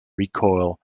recoil